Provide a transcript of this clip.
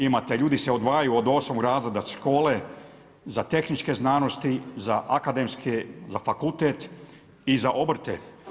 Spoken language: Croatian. Imate, ljudi se odvajaju od 8 razreda škole za tehničke znanosti, za akademske, za fakultet i za obrte.